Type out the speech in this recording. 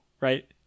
right